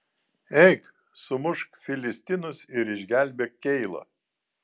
eik sumušk filistinus ir išgelbėk keilą